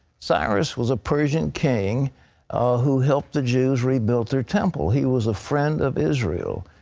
cyrus was a persian king who helped the jews rebuild their temple. he was a friend of israel.